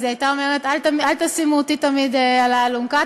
אז היא הייתה אומרת: אל תשימו אותי תמיד על האלונקה,